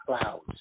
clouds